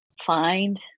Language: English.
find